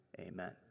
Amen